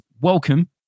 welcome